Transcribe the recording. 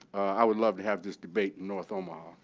i would love to have this debate in north omaha.